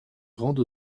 grande